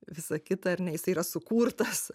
visa kita ar ne jis yra sukurtas